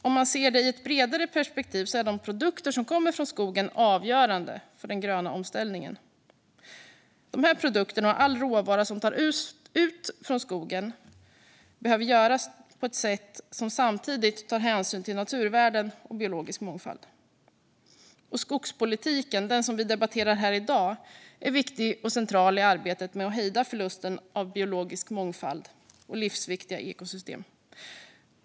Om man ser det i ett bredare perspektiv är de produkter som kommer från skogen avgörande för den gröna omställningen. De produkterna och all råvara tas ut från skogen. Det behöver göras på ett sätt som samtidigt tar hänsyn till naturvärden och biologisk mångfald. Skogspolitiken, som vi debatterar här i dag, är viktig och central i arbetet med att hejda förlusten av biologisk mångfald och livsviktiga ekosystem.